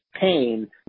pain